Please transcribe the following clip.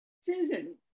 Susan